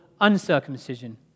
uncircumcision